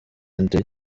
ndi